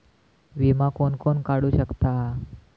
विमा कोण कोण काढू शकता?